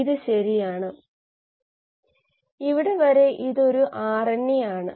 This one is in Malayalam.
അതിനാൽ ഈ പ്രഭാഷണത്തിൽ ആദ്യത്തെ തത്ത്വങ്ങളിലേക്ക് കടക്കാൻ അൽപ്പം ബുദ്ധിമുട്ടാണ്